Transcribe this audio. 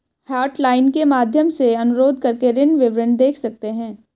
hotline के माध्यम से अनुरोध करके ऋण विवरण देख सकते है